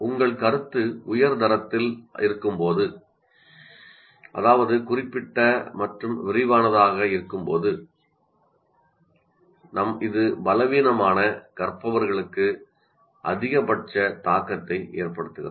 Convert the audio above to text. உங்கள் கருத்து உயர் தரத்தில் இருக்கும்போது அதாவது நீங்கள் குறிப்பிட்ட மற்றும் விரிவானதாக இருக்கப் போகிறீர்கள் இது பலவீனமான கற்பவர்களுக்கு அதிகபட்ச தாக்கத்தை ஏற்படுத்துகிறது